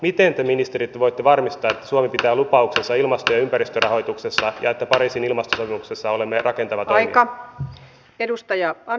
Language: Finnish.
miten te ministeri nyt voitte varmistaa että suomi pitää lupauksensa ilmasto ja ympäristörahoituksessa ja että pariisin ilmastosopimuksessa olemme rakentava toimija